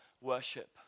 worship